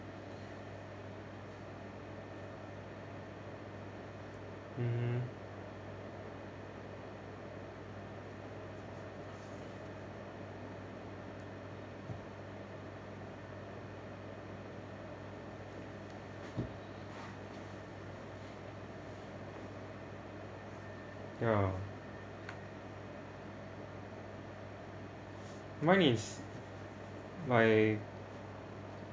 mmhmm ya mine is like